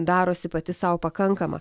darosi pati sau pakankama